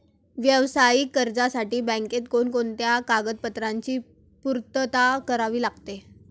व्यावसायिक कर्जासाठी बँकेत कोणकोणत्या कागदपत्रांची पूर्तता करावी लागते?